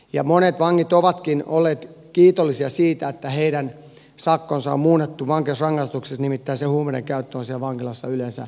ja monet vangit ovatkin olleet kiitollisia siitä että heidän sakkonsa muunnettu vankeusrangaistukset nimittää suomen eikä toisia vankilassa yleensä